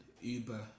Uber